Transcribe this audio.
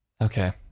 Okay